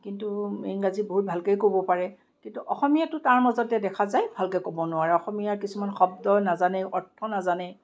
কিন্তু ইংৰাজী বহুত ভালকৈয়ে ক'ব পাৰে কিন্তু অসমীয়াটো তাৰ মাজতে দেখা যায় ভালকৈ ক'ব নোৱাৰে অসমীয়াৰ কিছুমান শব্দ নাজানে অৰ্থ নাজানে